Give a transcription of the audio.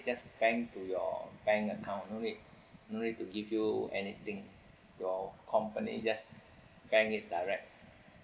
just bank to your bank account no need no need to give you anything your company just bank it direct